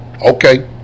Okay